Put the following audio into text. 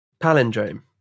palindrome